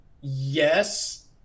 yes